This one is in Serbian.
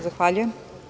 Zahvaljujem.